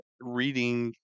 reading